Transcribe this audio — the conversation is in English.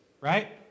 right